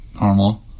normal